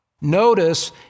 notice